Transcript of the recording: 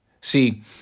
See